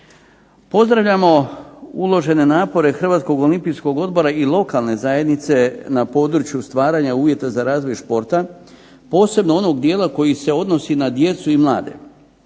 Pozdravljamo uložene napore Hrvatskog olimpijskog odbora i lokalne zajednice u području stvaranja uvjeta za razvoj športa posebno onog dijela koji se odnosi na djecu i mlade.